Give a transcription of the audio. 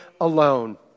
alone